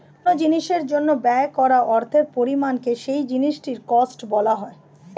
কোন জিনিসের জন্য ব্যয় করা অর্থের পরিমাণকে সেই জিনিসটির কস্ট বলা হয়